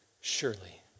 Surely